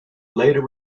later